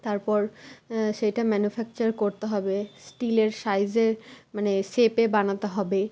তারপর সেইটা ম্যানুফ্যাকচার করতে হবে স্টিলের সাইজের মানে শেপে বানাতে হবে